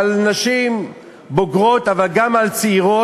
על נשים בוגרות, אבל גם על צעירות,